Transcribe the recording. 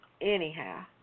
Anyhow